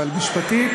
אבל משפטית,